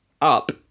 up